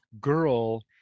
girl